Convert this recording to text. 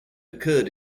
occurred